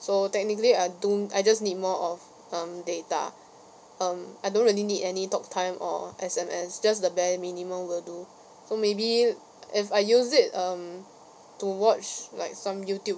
so technically I don't I just need more of um data um I don't really need any talk time or S_M_S just the bare minimum will do so maybe if I use it um to watch like some YouTube